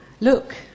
Look